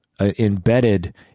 embedded